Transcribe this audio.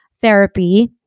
therapy